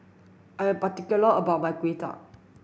I'm particular about my Kuay Chap